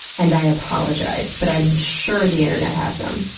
and i apologize. but i'm sure the internet has some.